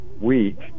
week